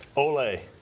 ole.